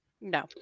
no